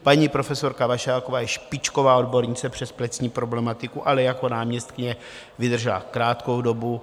Paní profesorka Vašáková je špičková odbornice přes plicní problematiku, ale jako náměstkyně vydržela krátkou dobu.